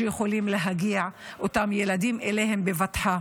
שאותם ילדים יכולים להגיע אליהן בבטחה,